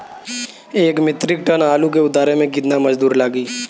एक metric ton आलू के उतारे मे कितना मजदूर लागि?